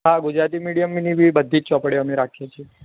હા ગુજરાતી મીડીયમની બી બધી જ ચોપડીઓ અમે રાખીએ છીએ